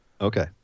Okay